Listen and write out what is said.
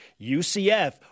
UCF